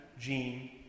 Gene